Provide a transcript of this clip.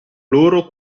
loro